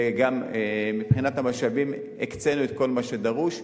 וגם מבחינת המשאבים הקצינו את כל מה שדרוש.